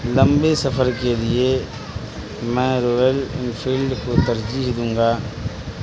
لمبے سفر کے لیے میں رویل انفیلڈ کو ترجیح دوں گا